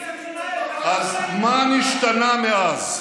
אז מה נשתנה מאז?